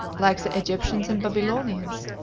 like the egyptians and babylonians,